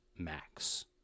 Max